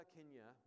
Kenya